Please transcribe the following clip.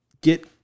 get